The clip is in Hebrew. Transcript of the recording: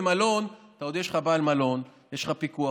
במלון יש לך בעל מלון ויש פיקוח,